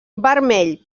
vermell